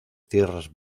tierras